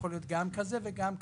הוא יכול להיות גם כזה וגם כזה,